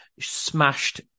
smashed